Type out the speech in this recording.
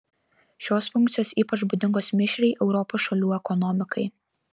šios funkcijos ypač būdingos mišriai europos šalių ekonomikai